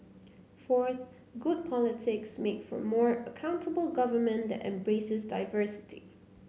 fourth good politics make for more accountable government that embraces diversity